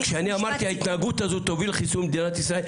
כשאני אמרתי ההתנהגות הזאת תוביל לחיסול מדינת ישראל,